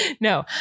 No